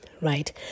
right